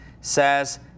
says